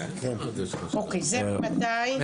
זה ממתי?